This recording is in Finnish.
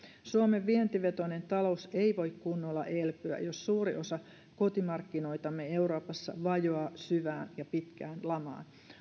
suomen vientivetoinen talous ei voi kunnolla elpyä jos suuri osa kotimarkkinoitamme euroopassa vajoaa syvään ja pitkään lamaan